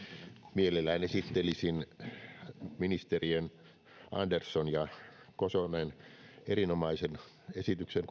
mielelläni esittelisin kokonaisuudessaan ministerien andersson ja kosonen erinomaisen esityksen